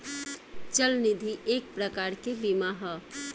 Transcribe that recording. चल निधि एक प्रकार के बीमा ह